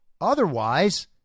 Otherwise